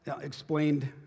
explained